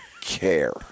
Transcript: care